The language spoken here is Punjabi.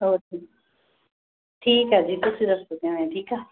ਹੋਰ ਸੁਣਾ ਠੀਕ ਹੈ ਜੀ ਤੁਸੀਂ ਦੱਸੋ ਕਿਵੇਂ ਠੀਕ ਆ